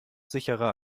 sicherer